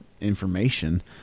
information